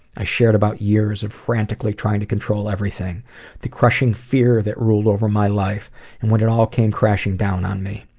i shared about years of frantically trying to control everything the crushing fear that ruled over my life and when it all came crashing down on me.